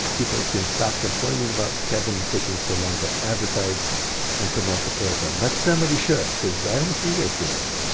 people can stop complaining about kevin taking so long to advertise and promote the program but somebody should cuz i don't see you guys doing it.